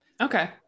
Okay